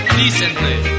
decently